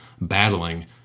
battling